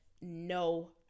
no